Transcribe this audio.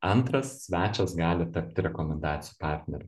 antras svečias gali tapti rekomendacijų partneriu